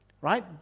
right